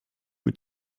mit